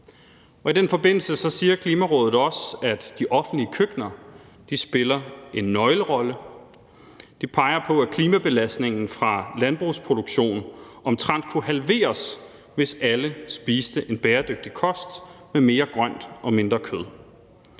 I den forbindelse siger Klimarådet også, at de offentlige køkkener spiller en nøglerolle. De peger på, at klimabelastningen på landbrugsproduktion omtrent kunne halveres, hvis alle spiste en bæredygtig kost med mere grønt og mindre kød.